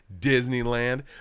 disneyland